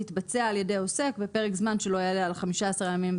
תתבצע על ידי עוסק בפרק זמן שלא יעלה על 15 הימים,